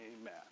amen